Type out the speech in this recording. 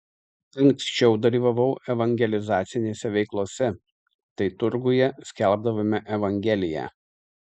anksčiau dalyvavau evangelizacinėse veiklose tai turguje skelbdavome evangeliją